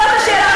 זאת השאלה,